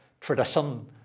tradition